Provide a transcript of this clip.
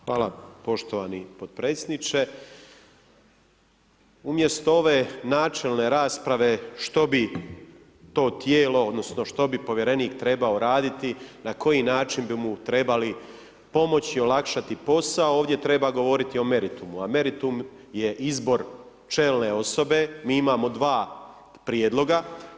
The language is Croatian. Hvala poštovani podpredsjedniče, umjesto ove načelne rasprave što bi to tijelo odnosno što bi povjerenik trebao raditi na koji način bi mu trebali pomoći olakšati posao, ovdje treba govoriti o meritumu, a meritum je izbor čelne osobe, mi imamo 2 prijedloga.